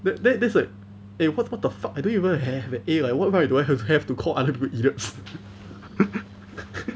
that that that's like eh wha~ what the fuck I don't even have an A like what what do I ha~ have to call other people idiots